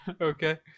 Okay